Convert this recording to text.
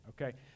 Okay